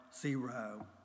zero